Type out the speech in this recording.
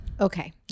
Okay